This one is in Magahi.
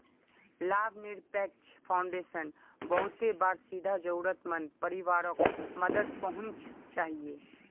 लाभ निरपेक्ष फाउंडेशन बहुते बार सीधा ज़रुरत मंद परिवारोक मदद पहुन्चाहिये